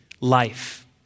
life